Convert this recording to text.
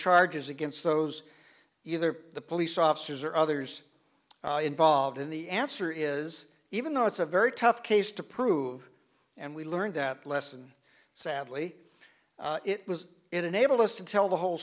charges against those either the police officers or others involved in the answer is even though it's a very tough case to prove and we learned that lesson sadly it was it enabled us to tell the whole